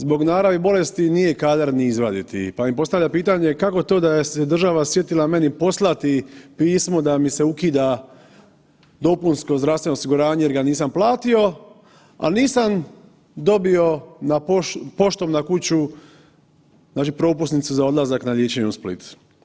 Zbog naravi bolesti nije kadar ni izvaditi pa mi postavlja pitanje kako to da je se država sjetila meni poslati pismo da mi se ukida dopunsko zdravstveno osiguranje jer da nisam platio, ali nisam dobio na poštu, poštom na kuću, znači propusnicu za odlazak na liječenje u Split.